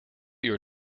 uur